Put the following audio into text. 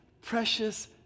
precious